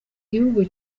gihugu